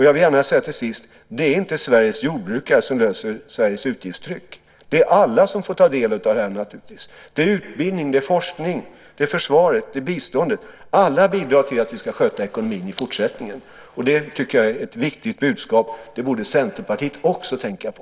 Jag vill till sist säga att det inte är Sveriges jordbrukare som löser Sveriges utgiftstryck. Det är alla som får ta del av det. Det är utbildning, forskning, försvaret och biståndet. Alla bidrar till att vi ska sköta ekonomin i fortsättningen. Det tycker jag är ett viktigt budskap. Det borde Centerpartiet också tänka på.